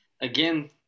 again